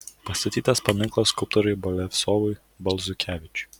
pastatytas paminklas skulptoriui boleslovui balzukevičiui